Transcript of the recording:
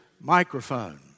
microphone